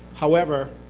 however,